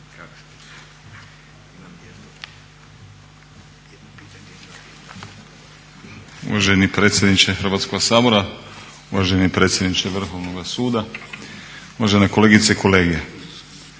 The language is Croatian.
Uvaženi predsjedniče Hrvatskoga sabora, uvaženi predsjedniče Vrhovnoga suda, uvažene kolegice i kolege,